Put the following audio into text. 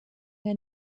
der